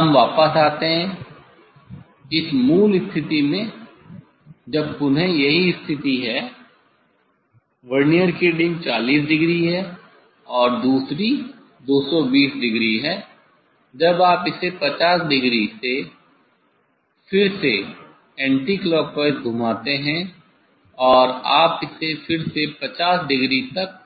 हम वापस आते हैं इस मूल स्थिति में जब पुनः यही स्थिति है वर्नियर की रीडिंग 40 डिग्री है और दूसरी 220 डिग्री है अब आप इसे 50 डिग्री से फिर से एंटीक्लॉकवाइज घुमाते हैं आप इसे फिर से 50 डिग्री तक